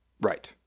Right